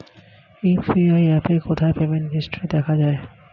UPI অ্যাপে কোথায় payment history দেখা যায়?